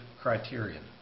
criterion